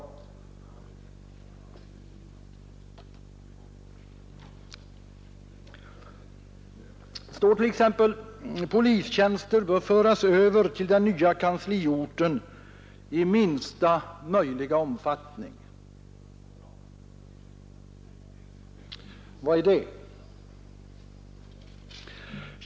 Det står t.ex. att polistjänster bör föras över till den nya kansliorten i minsta möjliga omfattning. Vad är det?